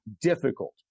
difficult